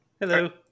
Hello